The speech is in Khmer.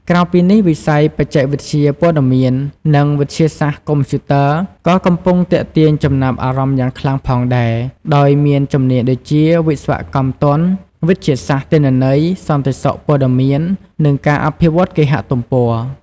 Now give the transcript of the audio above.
ក្រៅពីនេះ វិស័យ បច្ចេកវិទ្យាព័ត៌មាន និងវិទ្យាសាស្ត្រកុំព្យូទ័រ ក៏កំពុងទាក់ទាញចំណាប់អារម្មណ៍យ៉ាងខ្លាំងផងដែរ ដោយមានជំនាញដូចជា វិស្វកម្មទន់ វិទ្យាសាស្ត្រទិន្នន័យ សន្តិសុខព័ត៌មាន និងការអភិវឌ្ឍគេហទំព័រ។